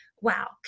wow